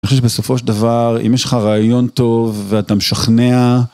אני חושב שבסופו של דבר, אם יש לך רעיון טוב, ואתה משכנע...